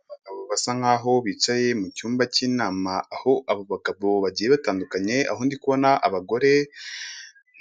Abagabo basa nk'aho bicaye mu cyumba cy'inama, aho abo bagabo bagiye batandukanye, aho ndi kubona abagore